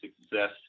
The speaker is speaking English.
success